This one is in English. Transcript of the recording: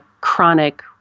chronic